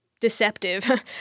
deceptive